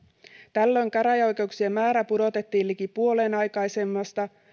tällöin käräjäoikeuksien määrä pudotettiin liki puoleen aikaisemmasta